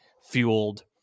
fueled